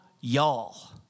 y'all